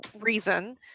reason